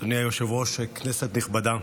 אדוני היושב-ראש, כנסת נכבדה,